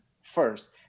first